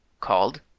called